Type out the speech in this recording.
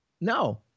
No